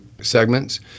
segments